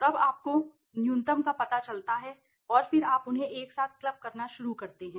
तब आपको न्यूनतम का पता चलता है और फिर आप उन्हें एक साथ क्लब करना शुरू करते हैं